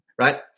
right